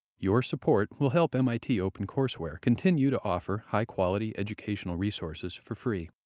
your support will help mit opencourseware continue to offer high quality educational resources for free.